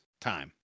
time